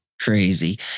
Crazy